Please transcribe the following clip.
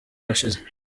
washize